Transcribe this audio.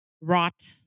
rot